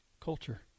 Culture